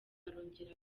arongera